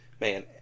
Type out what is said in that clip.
man